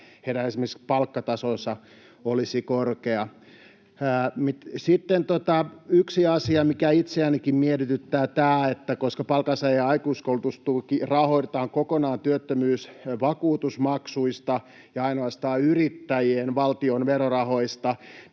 sitä, että esimerkiksi heidän palkkatasonsa olisi korkea. Sitten yksi asia, mikä itseänikin mietityttää. Koska palkansaajan aikuiskoulutustuki rahoitetaan kokonaan työttömyysvakuutusmaksuista ja ainoastaan yrittäjien valtion verorahoista